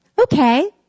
Okay